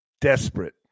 Desperate